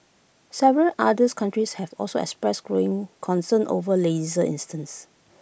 several others countries have also expressed growing concern over laser incidents